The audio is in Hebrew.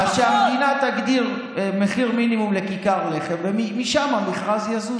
אז שהמדינה תגדיר מחיר מינימום לכיכר לחם ומשם המכרז יזוז,